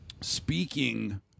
speaking